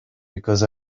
because